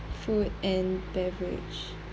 food and beverage